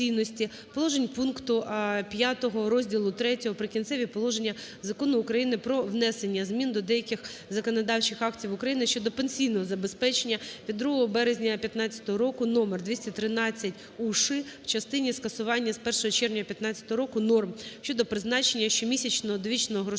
положень пункту 5 розділу Ш "Прикінцеві положення" Закону України "Про внесення змін до деяких з законодавчих актів України щодо пенсійного забезпечення" від 2 березня 15-го року № 213-УШ в частині скасування з 1 червня 15-го року норм щодо призначення щомісячного довічного грошового